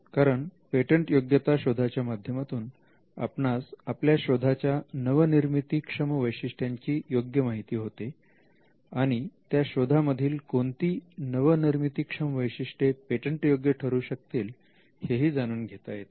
कारण पेटंटयोग्यता शोधाच्या माध्यमातून आपणास आपल्या शोधाच्या नवनिर्मितीक्षम वैशिष्ट्यांची योग्य माहिती होते आणि त्या शोधा मधील कोणती नवनिर्मितीक्षम वैशिष्ट्ये पेटंटयोग्य ठरू शकतील हेही जाणून घेता येते